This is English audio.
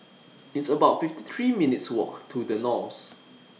It's about fifty three minutes' Walk to The Knolls